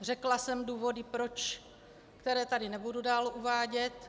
Řekla jsem důvody proč, které tady nebudu dále uvádět.